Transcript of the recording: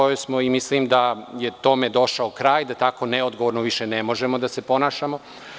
Mislim da je tome došao kraj i da tako neodgovorno više ne možemo da se ponašamo.